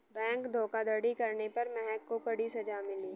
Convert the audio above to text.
bank धोखाधड़ी करने पर महक को कड़ी सजा मिली